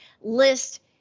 list